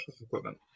equipment